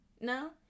No